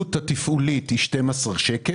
העלות התפעולית היא 12 שקל.